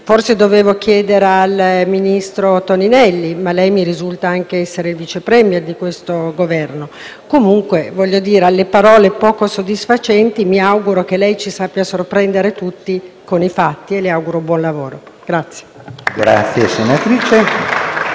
avrei dovuto chiedere al ministro Toninelli, ma lei mi risulta anche essere Vice *Premier* di questo Governo. Comunque, a parte le parole poco soddisfacenti, mi auguro che lei ci sappia sorprendere tutti con i fatti e le auguro buon lavoro. *(Applausi dai